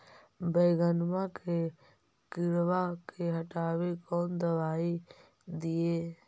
बैगनमा के किड़बा के हटाबे कौन दवाई दीए?